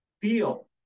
feel